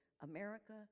America